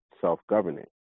self-governing